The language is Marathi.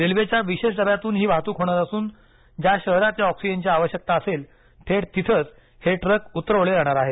रेल्वेच्या विशेष डब्यातून ही वाहतूक होणार असून ज्या शहरात या ऑक्सिजनची आवश्यकता असेल थेट तिथेच हे ट्रक उतरवले जाणार आहेत